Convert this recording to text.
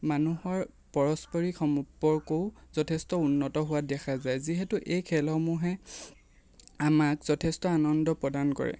মানুহৰ পাৰস্পৰিক সম্পৰ্কও যথেষ্ট উন্নত হোৱা দেখা যায় যিহেতু এই খেলসমূহে আমাক যথেষ্ট আনন্দ প্ৰদান কৰে